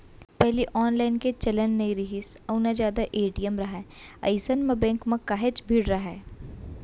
पहिली ऑनलाईन के चलन नइ रिहिस अउ ना जादा ए.टी.एम राहय अइसन म बेंक म काहेच भीड़ राहय